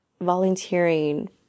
volunteering